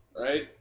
Right